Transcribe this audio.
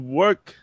work